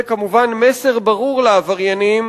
זה כמובן מסר ברור לעבריינים,